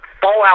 fallout